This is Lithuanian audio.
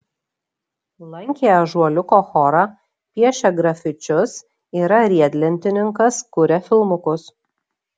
lankė ąžuoliuko chorą piešia grafičius yra riedlentininkas kuria filmukus